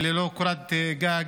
ללא קורת גג.